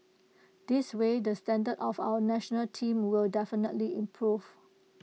this way the standard of our National Team will definitely improve